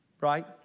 Right